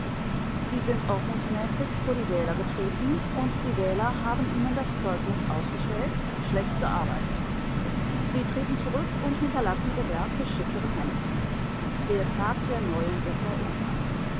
sie sind ordnungsmäßig vor die wähler getreten und die wähler haben ihnen das zeugnis ausgestellt schlecht gearbeitet sie treten zurück und hinterlassen ihr werk geschickteren händen der tag der neuen götter ist da